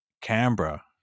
Canberra